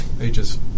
ages